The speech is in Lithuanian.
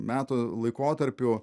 metų laikotarpiu